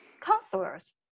counselors